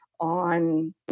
On